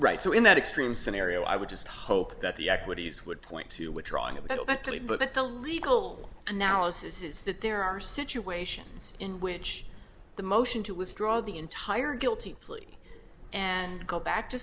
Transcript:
right so in that extreme scenario i would just hope that the equities would point to withdrawing a little bit to look at the legal analysis is that there are situations in which the motion to withdraw the entire guilty plea and go back to